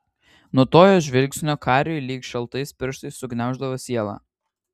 nuo to jos žvilgsnio kariui lyg šaltais pirštais sugniauždavo sielą